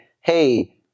hey